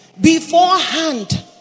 beforehand